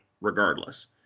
regardless